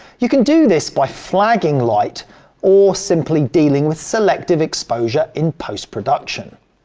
you can do this by flagging light or simply dealing with selective exposure in post-production.